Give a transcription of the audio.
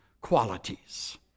qualities